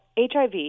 HIV